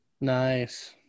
Nice